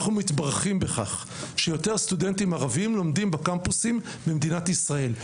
אנחנו מתברכים בכך שיותר סטודנטים ערבים לומדים בקמפוסים במדינת ישראל.